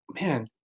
man